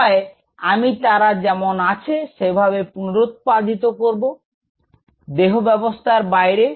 হয় আমি তারা যেমন আছে সেভাবে পুনরুৎপাদিত করব দেহ ব্যাবস্থার বাইরে